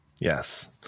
Yes